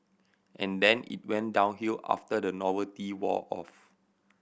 and then it went downhill after the novelty wore off